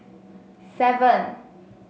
seven